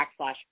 backslash